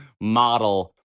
model